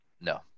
no